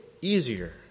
easier